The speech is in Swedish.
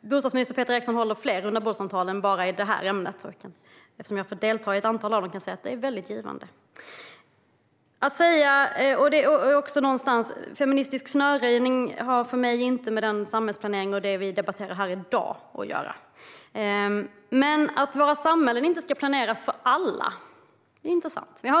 Bostadsminister Peter Eriksson håller fler rundabordssamtal än bara i det här ämnet. Eftersom jag har fått delta i ett antal av dem kan jag säga att de är väldigt givande. Feministisk snöröjning har för mig inte att göra med den samhällsplanering vi debatterar här i dag. Men att våra samhällen inte ska planeras för alla är intressant att höra.